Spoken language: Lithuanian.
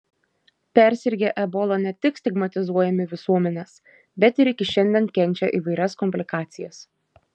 persirgę ebola ne tik stigmatizuojami visuomenės bet ir iki šiandien kenčia įvairias komplikacijas